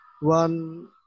one